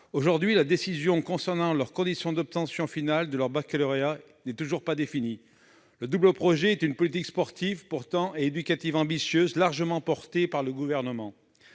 Aujourd'hui, la décision concernant les conditions d'obtention finale de leur baccalauréat n'est toujours pas définie. Le double projet est pourtant une politique sportive et éducative ambitieuse, largement soutenue par le Gouvernement.